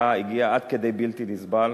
היה, הגיע עד כדי בלתי נסבל,